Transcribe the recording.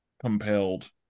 compelled